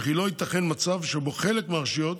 וכי לא ייתכן מצב שבו חלק מהרשויות